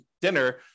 dinner